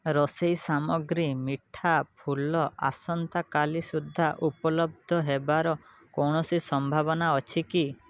ରୋଷେଇ ସାମଗ୍ରୀ ମିଠା ଫୁଲ ଆସନ୍ତା କାଲି ସୁଦ୍ଧା ଉପଲବ୍ଧ ହେବାର କୌଣସି ସମ୍ଭାବନା ଅଛି କି